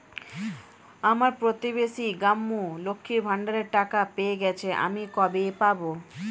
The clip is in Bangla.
আমার প্রতিবেশী গাঙ্মু, লক্ষ্মীর ভান্ডারের টাকা পেয়ে গেছে, আমি কবে পাব?